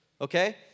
Okay